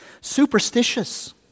Superstitious